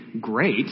great